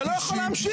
אתה לא יכול להמשיך.